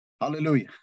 Hallelujah